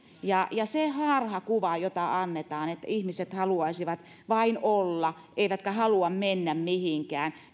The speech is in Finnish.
ja se harhakuva jota annetaan että ihmiset haluaisivat vain olla eivätkä halua mennä mihinkään